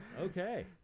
Okay